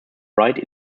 write